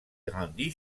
grandi